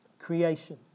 creation